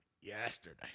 yesterday